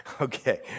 Okay